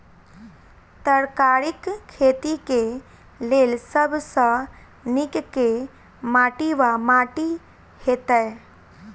तरकारीक खेती केँ लेल सब सऽ नीक केँ माटि वा माटि हेतै?